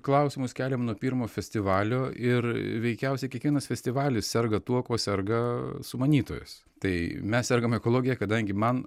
klausimus keliam nuo pirmo festivalio ir veikiausiai kiekvienas festivalis serga tuo kuo serga sumanytojas tai mes sergam ekologija kadangi man